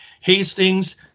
Hastings